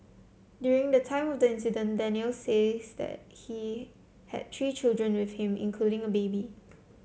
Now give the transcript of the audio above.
during the time of the incident Daniel says that he had three children with him including a baby